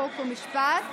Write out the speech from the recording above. חוק ומשפט.